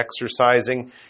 exercising